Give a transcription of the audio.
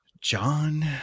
John